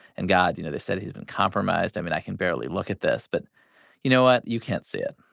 and god, you know, they said he's been compromised. i mean, i can barely look at this. but you know what? you can't see it.